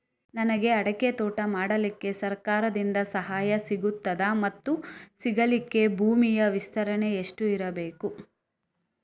ನನಗೆ ಅಡಿಕೆ ತೋಟ ಮಾಡಲಿಕ್ಕೆ ಸರಕಾರದಿಂದ ಸಹಾಯ ಸಿಗುತ್ತದಾ ಮತ್ತು ಸಿಗಲಿಕ್ಕೆ ಭೂಮಿಯ ವಿಸ್ತೀರ್ಣ ಎಷ್ಟು ಇರಬೇಕು?